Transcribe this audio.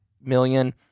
million